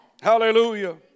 hallelujah